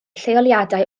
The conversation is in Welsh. lleoliadau